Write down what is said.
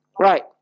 Right